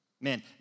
Man